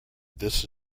this